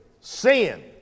sin